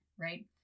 right